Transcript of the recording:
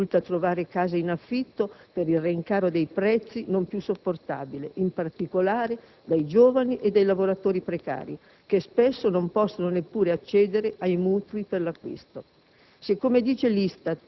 Sempre più difficile risulta trovare casa in affitto per il rincaro dei prezzi non più sopportabile, in particolare dai giovani e dai lavoratori precari, che spesso non possono neppure accedere ai mutui per l'acquisto.